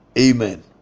amen